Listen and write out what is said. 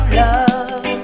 love